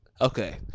Okay